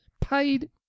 Paid